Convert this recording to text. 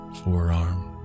Forearm